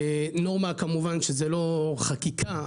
ונורמה כמובן שזה לא חקיקה,